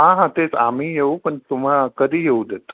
हा हा तेच आम्ही येऊ पण तुम्हाला कधी येऊ देत